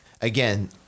again